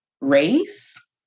race